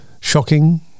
shocking